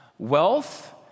Wealth